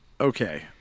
okay